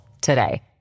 today